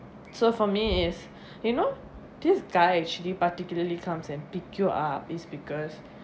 so for me is you know this guy actually particularly comes and pick you up is because